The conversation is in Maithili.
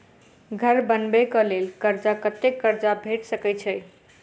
घर बनबे कऽ लेल कर्जा कत्ते कर्जा भेट सकय छई?